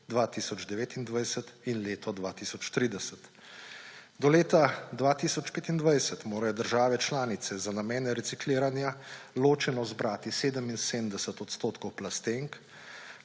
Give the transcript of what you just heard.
2025, 2029 in leto 2030. Do leta 2025 morajo države članice za namen recikliranja ločeno zbrati 77 odstotkov plastenk,